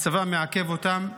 הצבא מעכב אותם.